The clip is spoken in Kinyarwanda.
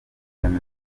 bemeza